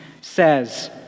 says